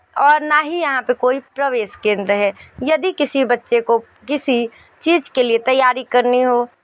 और ना ही यहाँ पर कोई प्रवेश केंद्र है यदि किसी बच्चे को किसी चीज़ के लिए तैयारी करनी हो